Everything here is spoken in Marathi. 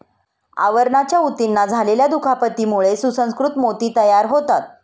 आवरणाच्या ऊतींना झालेल्या दुखापतीमुळे सुसंस्कृत मोती तयार होतात